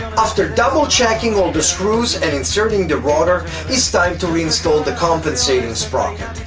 after double checking all the screws and inserting the rotor is time to re-install the compensating sprocket.